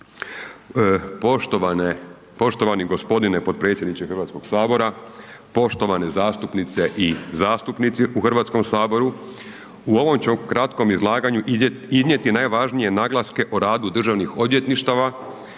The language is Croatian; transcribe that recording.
poštovani gospodine potpredsjedniče Hrvatskog sabora, poštovane zastupnice i zastupnici u Hrvatskom saboru u ovom ću kratkom izlaganju iznijeti najvažnije naglaske o radu državnih odvjetništava